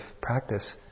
practice